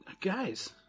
guys